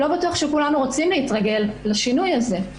לא בטוח שכולנו רוצים להתרגל לשינוי הזה.